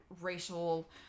racial